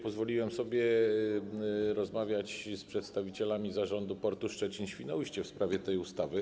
Pozwoliłem sobie rozmawiać z przedstawicielami zarządu portu Szczecin-Świnoujście w sprawie tej ustawy.